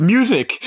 Music